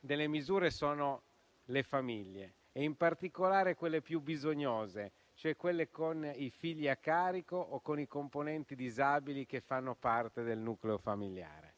delle misure sono le famiglie e in particolare quelle più bisognose, cioè quelle con i figli a carico o con soggetti disabili che fanno parte del nucleo familiare.